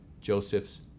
Joseph's